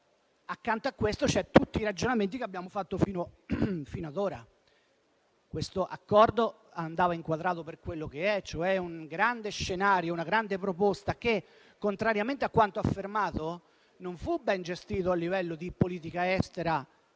accanto a questo ci sono tutti i ragionamenti fatti finora. Questo Accordo andava inquadrato per ciò che è, ovvero un grande scenario, una grande proposta che - contrariamente a quanto affermato - non è stata ben gestita a livello di politica estera